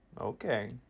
Okay